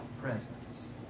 presence